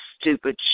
stupid